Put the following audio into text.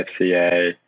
FCA